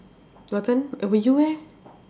gotten eh you eh